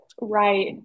Right